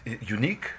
unique